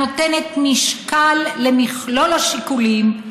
הנותנת משקל למכלול השיקולים,